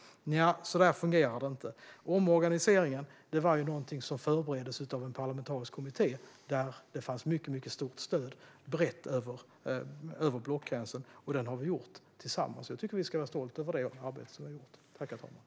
Så fungerar det inte. Omorganiseringen var någonting som förbereddes av en parlamentarisk kommitté där det fanns mycket, mycket stort stöd brett över blockgränsen, och den har vi gjort tillsammans. Jag tycker att vi ska vara stolta över det arbete som vi har gjort.